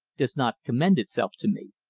does not commend itself to me.